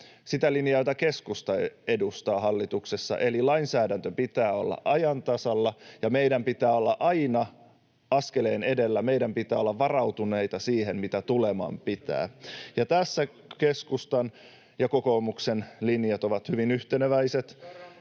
sitä linjaa, jota keskusta edustaa hallituksessa, eli lainsäädännön pitää olla ajan tasalla ja meidän pitää olla aina askeleen edellä. Meidän pitää olla varautuneita siihen, mitä tuleman pitää. [Toimi Kankaanniemi: Ei se ole hallituksen